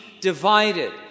divided